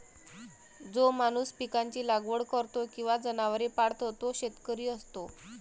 जो माणूस पिकांची लागवड करतो किंवा जनावरे पाळतो तो शेतकरी असतो